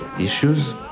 issues